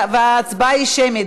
וההצבעה היא שמית.